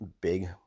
big